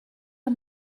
and